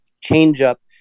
change-up